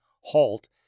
halt